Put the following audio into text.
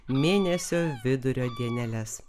mėnesio vidurio dieneles